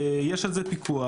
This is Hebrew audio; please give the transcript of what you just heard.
יש על זה פיקוח.